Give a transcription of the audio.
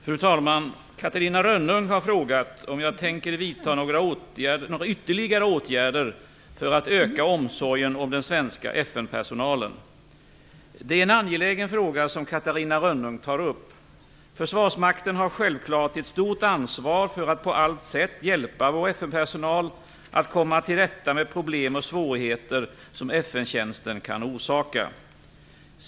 Fru talman! Catarina Rönnung har frågat om jag tänker vidta några ytterligare åtgärder för att öka omsorgen om den svenska FN-personalen. Det är en angelägen fråga som Catarina Rönnung tar upp. Försvarsmakten har självklart ett stort ansvar för att på allt sätt hjälpa vår FN-personal att komma till rätta med problem och svårigheter som FN tjänsten kan orsaka.